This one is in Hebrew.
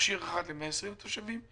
למכשיר אחד ל-80,000 תושבים,